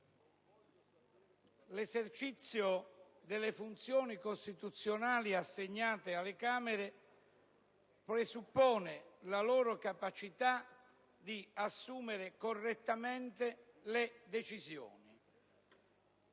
L'esercizio delle funzioni costituzionali assegnate alle Camere presuppone la loro capacità di assumere correttamente le decisioni.